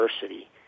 diversity